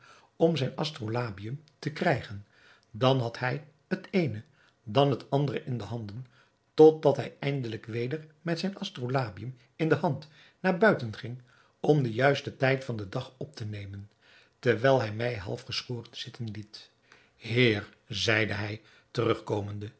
om zijn astrolabium te krijgen dan had hij het eene dan het andere in de handen tot dat hij eindelijk weder met zijn astrolabium in de hand naar buiten ging om den juisten tijd van den dag op te nemen terwijl hij mij half geschoren zitten liet heer zeide hij terug